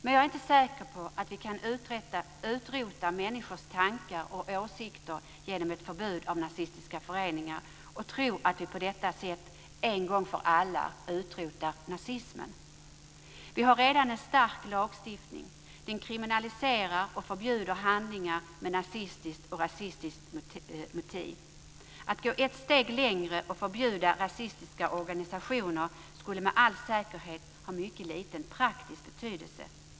Men jag är inte säker på att vi kan utrota människors tankar och åsikter genom ett förbud mot nazistiska föreningar och tro att vi på detta sätt en gång för alla utrotar nazismen. Vi har redan en stark lagstiftning. Den kriminaliserar och förbjuder handlingar med nazistiska och rasistiska motiv. Att gå ett steg längre och förbjuda rasistiska organisationer skulle med all säkerhet ha mycket liten praktisk betydelse.